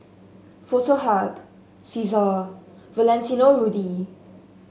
Foto Hub Cesar Valentino Rudy